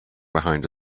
behind